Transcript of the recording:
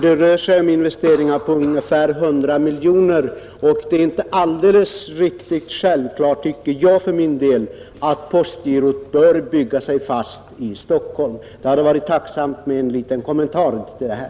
Det rör sig om investeringar på ungefär 100 miljoner kronor, och jag tycker att det inte är alldeles självklart att postgirot bör bygga sig fast i Stockholm. Det hade varit tacknämligt med en liten kommentar till detta.